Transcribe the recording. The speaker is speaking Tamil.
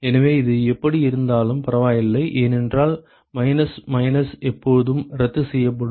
எனவே அது எப்படி இருந்தாலும் பரவாயில்லை ஏனென்றால் மைனஸ் மைனஸ் எப்போதும் ரத்து செய்யப்படும்